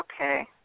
Okay